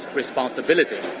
responsibility